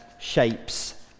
shapes